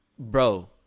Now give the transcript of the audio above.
Bro